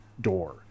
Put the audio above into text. door